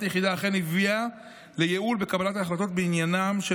היחידה אכן הביאה לייעול בקבלת ההחלטות בעניינם של